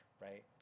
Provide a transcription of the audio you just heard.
right